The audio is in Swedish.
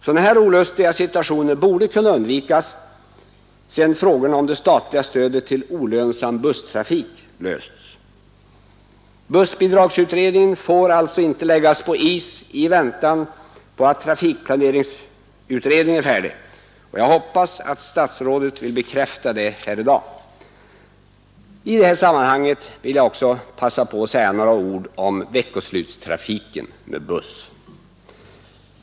Sådana olustiga situationer borde kunna undvikas sedan frågorna om det statliga stödet till olönsam busstrafik lösts. Bussbidragsutredningen får alltså inte läggas på is i väntan på att trafikplaneringsutredningen blir färdig. Jag hoppas att statsrådet vill bekräfta detta här i dag. I detta sammanhang vill jag också passa på att säga några ord om veckoslutstrafiken med buss.